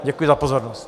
Děkuji za pozornost.